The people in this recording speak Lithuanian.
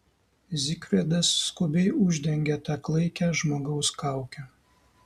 zigfridas skubiai uždengė tą klaikią žmogaus kaukę